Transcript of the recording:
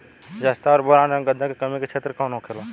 जस्ता और बोरान एंव गंधक के कमी के क्षेत्र कौन होखेला?